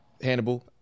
Hannibal